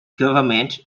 government